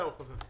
שפיגלר,